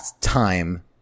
time